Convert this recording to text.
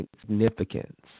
significance